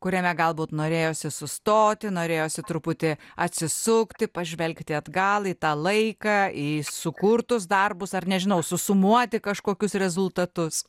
kuriame galbūt norėjosi sustoti norėjosi truputį atsisukti pažvelgti atgal į tą laiką į sukurtus darbus ar nežinau susumuoti kažkokius rezultatus